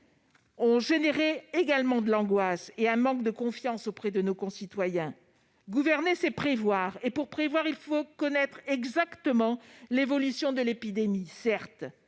ont elles aussi suscité de l'angoisse et un manque de confiance chez nos concitoyens. Gouverner, c'est prévoir. Et pour prévoir, il faut connaître exactement l'évolution de l'épidémie, certes,